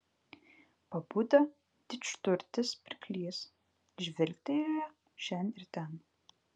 pabudo didžturtis pirklys žvilgtelėjo šen ir ten